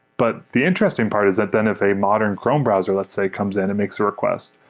but the interesting part is that then if a modern chrome browser, let's say, comes in and makes a request,